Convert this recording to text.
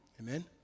amen